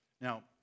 Now